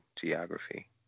geography